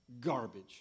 garbage